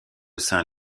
saint